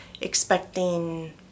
Expecting